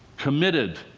committed,